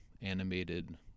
animated